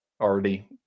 already